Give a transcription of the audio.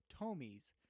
TOMIES